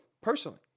personally